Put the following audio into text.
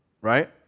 right